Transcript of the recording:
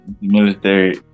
Military